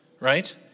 right